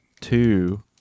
two